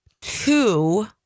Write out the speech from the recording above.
two